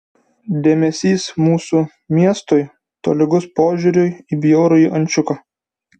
dėmesys mūsų miestui tolygus požiūriui į bjaurųjį ančiuką